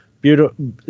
beautiful